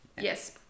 yes